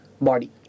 body